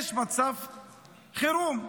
יש מצב חירום.